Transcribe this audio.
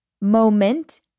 moment